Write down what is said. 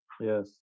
Yes